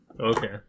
Okay